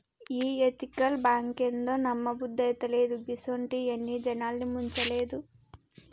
ఈ ఎతికల్ బాంకేందో, నమ్మబుద్దైతలేదు, గిసుంటియి ఎన్ని జనాల్ని ముంచలేదు